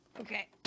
Okay